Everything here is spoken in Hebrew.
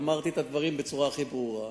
אמרתי את הדברים בצורה הכי ברורה.